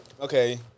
Okay